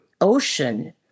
ocean